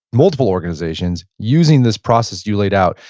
multiple organizations using this process you laid out.